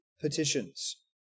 petitions